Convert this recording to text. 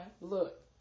Look